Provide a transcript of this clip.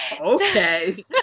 Okay